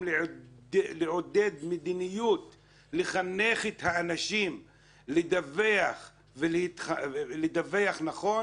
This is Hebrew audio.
לעודד מדיניות לחנך את האנשים לדווח נכון